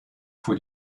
vor